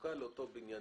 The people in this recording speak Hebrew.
התחזוקה לאותו בניין.